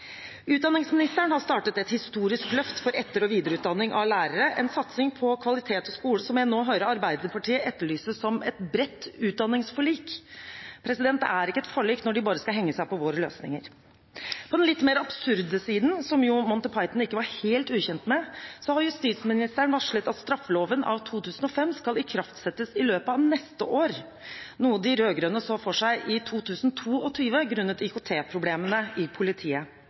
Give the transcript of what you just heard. Utdanningsministeren har startet et historisk løft for etter- og videreutdanning av lærere, en satsing på kvalitet og skole som jeg nå hører Arbeiderpartiet etterlyser som et bredt utdanningsforlik. Det er ikke et forlik når de bare skal henge seg på våre løsninger. På den litt mer absurde siden, som jo Monty Python ikke var helt ukjent med, har justisministeren varslet at straffeloven av 2005 skal ikraftsettes i løpet av neste år, noe de rød-grønne så for seg i 2022, grunnet IKT-problemene i politiet.